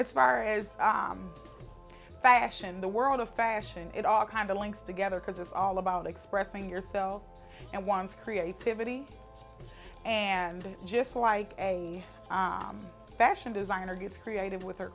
as far as fashion the world of fashion it all kind of links together because it's all about expressing yourself and one's creativity and just like a nice fashion designer gets creative with her